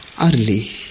Early